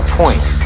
point